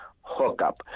hookup